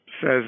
says